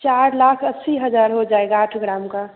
चार लाख अस्सी हज़ार हो जाएगा आठ ग्राम का